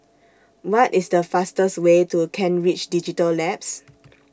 What IS The fastest Way to Kent Ridge Digital Labs